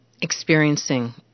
experiencing